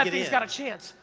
and things got a chance!